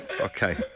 Okay